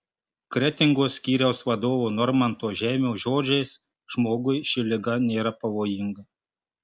kretingos skyriaus vadovo normanto žeimio žodžiais žmogui ši liga nėra pavojinga